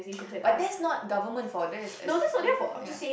but that's not government fault that is is ya